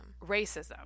Racism